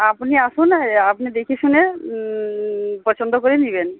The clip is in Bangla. আপনি আসুন এই আপনি দেখে শুনে পছন্দ করে নেবেন